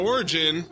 Origin